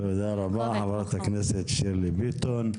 תודה רבה חברת הכנסת שירלי פינטו.